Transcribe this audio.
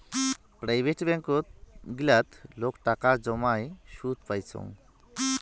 private ব্যাঙ্কত গিলাতে লোক টাকা জমাই সুদ পাইচুঙ